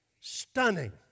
stunning